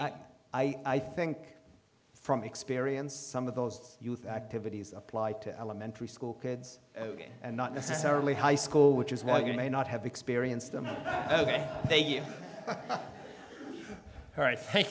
we i think from experience some of those youth activities apply to elementary school kids and not necessarily high school which is why you may not have experienced them ok thank you all right thank